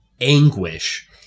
anguish